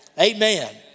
Amen